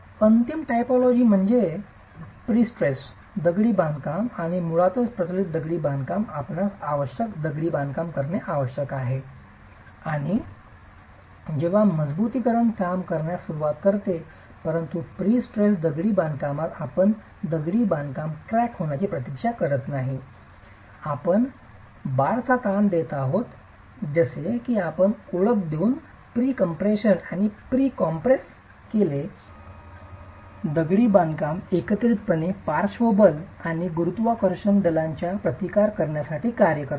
अंतिम टायपॉलॉजी म्हणजे प्रेस्ट्रेटेड दगडी बांधकाम आणि मुळात प्रबलित दगडी बांधकामात आपणास आवश्यक दगडी बांधकाम करणे आवश्यक आहे आणि जेव्हा मजबुतीकरण काम करण्यास सुरवात करते परंतु प्रीस्ट्रेस्ड दगडी बांधकामात आपण दगडी बांधकाम क्रॅक होण्याची प्रतीक्षा करत नाही आपण बारचा ताण देत आहात जसे की आपण ओळख देऊ प्रीकम्प्रेशन आणि प्री कॉम्प्रेस केलेले दगडी बांधकाम एकत्रितपणे पार्श्व बल आणि गुरुत्वाकर्षण दलांचा प्रतिकार करण्यासाठी कार्य करतात